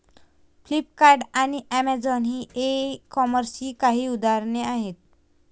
Flipkart आणि Amazon ही ई कॉमर्सची काही उदाहरणे आहे